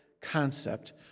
concept